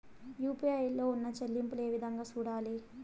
UPI లో ఉన్న చెల్లింపులు ఏ విధంగా సూడాలి